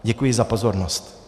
Děkuji za pozornost.